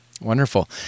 Wonderful